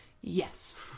yes